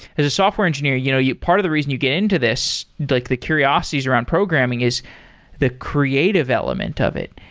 as a software engineer, you know part of the reason you get into this, like the curiosities around programing, is the creative element of it.